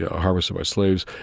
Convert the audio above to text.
ah harvested by slaves,